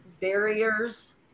barriers